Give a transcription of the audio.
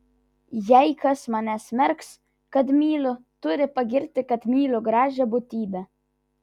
jei kas mane smerks kad myliu turi pagirti kad myliu gražią būtybę